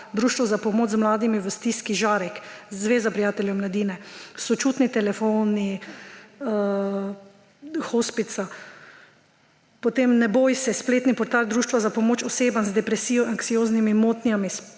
Društvo za pomoč z mladimi v stiski Žarek; Zveza prijateljev mladine; Sočutni telefon Hospica; Nebojse.si, spletni portal društva za pomoč osebam z depresijo, anksioznimi motnjami,